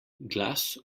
glas